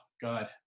God